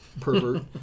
pervert